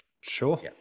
Sure